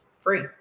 free